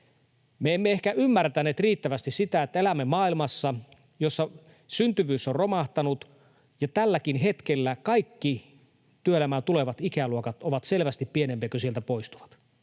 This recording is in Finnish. Me emme ehkä ymmärtäneet riittävästi sitä, että elämme maailmassa, jossa syntyvyys on romahtanut ja tälläkin hetkellä kaikki työelämään tulevat ikäluokat ovat selvästi pienempiä kuin sieltä poistuvat.